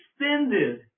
extended